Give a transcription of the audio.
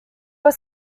were